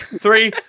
Three